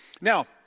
Now